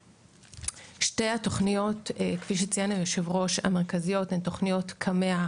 שתי התוכניות המרכזיות כפי שציין יושב הראש הן תוכניות קמ"ע,